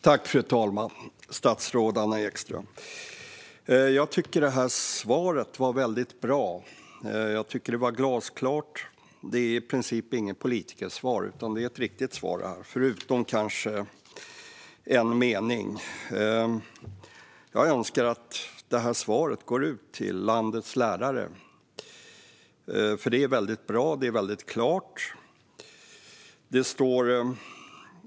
Fru talman! Statsrådet Anna Ekström! Jag tycker att svaret var väldigt bra. Jag tycker att det var glasklart. Det är i princip inget politikersvar, utan det är ett riktigt svar - förutom kanske en mening. Jag önskar att detta svar går ut till landets lärare, för det är som sagt väldigt bra och klart.